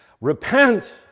Repent